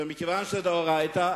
ומכיוון שזה מדאורייתא,